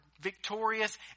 victorious